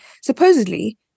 supposedly